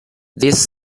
this